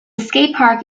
skatepark